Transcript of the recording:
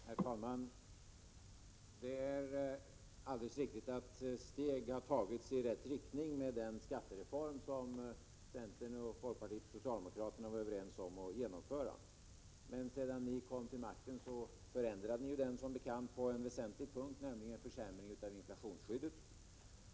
Herr talman! Det är alldeles riktigt att steg har tagits i rätt riktning med den skattereform som centern, folkpartiet och socialdemokraterna var överens om att genomföra. Men när ni socialdemokrater kom till makten förändrade ni som bekant reformen på en väsentlig punkt, nämligen genom en försämring av inflationsskyddet.